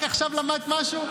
רק עכשיו למדת משהו?